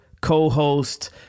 co-host